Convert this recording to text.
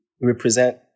represent